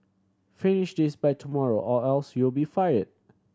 finish this by tomorrow or else you'll be fire